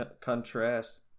contrast